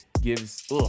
gives